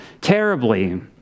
terribly